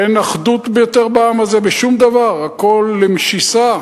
אין אחדות יותר בעם הזה בשום דבר, הכול למשיסה?